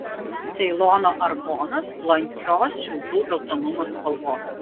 ceilono argonas blankios šiaudų geltonumo spalvos